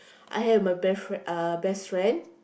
I have my best fri~ uh best friend